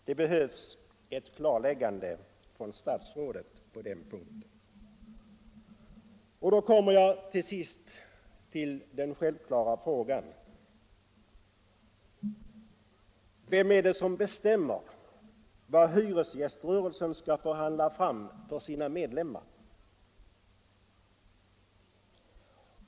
Det behövs ett klarläggande från statsrådet på den punkten. Då kommer jag till sist till den självklara frågan: Vem är det som bestämmer vad hyresgäströrelsen skall förhandla fram för sina medlemmar?